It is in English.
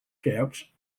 caps